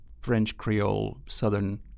French-Creole-Southern